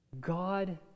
God